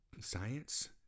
science